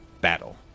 battle